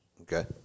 okay